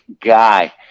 guy